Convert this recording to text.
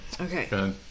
Okay